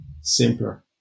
simpler